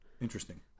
Interesting